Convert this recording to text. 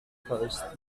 first